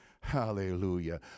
Hallelujah